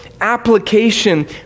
application